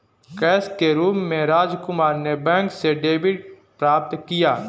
cash के रूप में राजकुमार ने बैंक से डेबिट प्राप्त किया